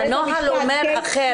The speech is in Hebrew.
הנוהל אומר אחרת.